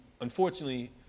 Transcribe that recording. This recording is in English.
unfortunately